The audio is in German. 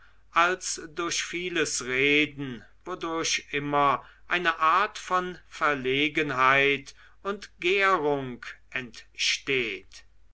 als durch vieles reden wodurch immer eine art von verlegenheit und gärung entsteht